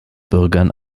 bürgern